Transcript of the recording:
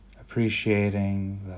appreciating